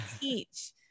teach